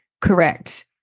correct